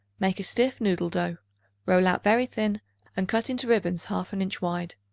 make a stiff noodle-dough roll out very thin and cut into ribbons half an inch wide.